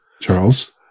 Charles